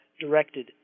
directed